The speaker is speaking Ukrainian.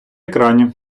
екрані